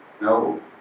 No